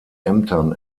ämtern